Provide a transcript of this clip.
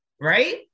right